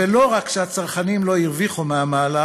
וכך לא רק שהצרכנים לא הרוויחו מהמהלך,